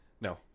No